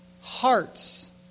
hearts